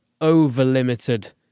over-limited